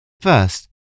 First